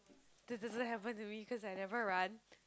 that doesn't happen to me since I never run